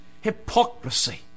hypocrisy